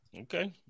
Okay